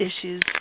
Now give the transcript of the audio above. issues